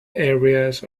areas